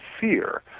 fear